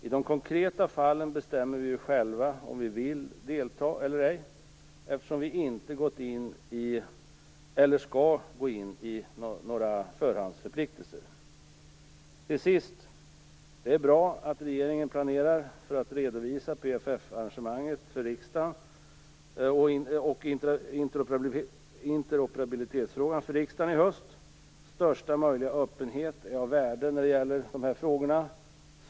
I de konkreta fallen väljer vi själva om vi vill delta eller ej, eftersom vi inte skall gå in i några förhandsförpliktelser. Slutligen är det bra att regeringen planerar att redovisa PFF-arrangemanget och interoperabilitetsfrågan för riksdagen i höst. Största möjliga öppenhet är av värde i dessa frågor.